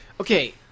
Okay